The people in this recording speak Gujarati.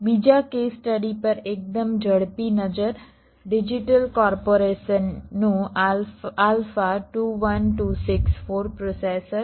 બીજા કેસ સ્ટડી પર એકદમ ઝડપી નજર ડિજિટલ કોર્પોરેશન નું આલ્ફા 21264 પ્રોસેસર